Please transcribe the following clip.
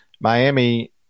Miami